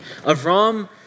Avram